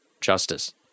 justice